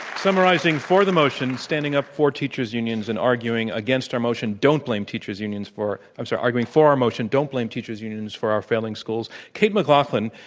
summarizing for the motion standing up for teachers unions and arguing against our motion, don't blame teachers unions for i'm sorry, arguing for our motion, don't blame teachers unions for our failing schools, kate mclaughlin,